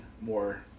more